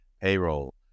payroll